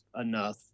enough